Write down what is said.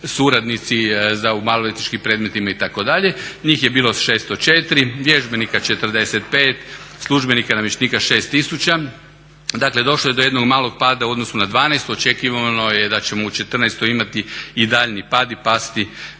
suradnici u maloljetničkim predmetima itd. Njih je bilo 604, vježbenika 45, službenika i namještenika 6000. Dakle, došlo je do jednog malog pada u odnosu na dvanaestu. Očekivano je da ćemo u četrnaestoj imati i daljnji pad i pasti